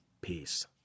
Peace